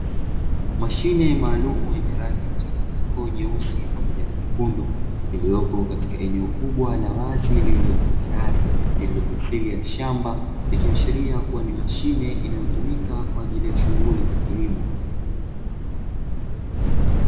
Mashine maalumu yenye rangi mchanganyiko nyeusi pamoja na nyekundu, iliyopo katika eneo kubwa la wazi lililo tambarare lililomithili ya shamba, ikiashiria kuwa ni mashine inayotumika kwa ajili ya shughuli za kilimo.